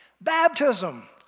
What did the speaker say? Baptism